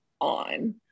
on